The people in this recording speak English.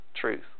truth